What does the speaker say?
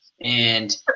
and-